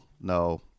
no